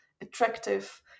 attractive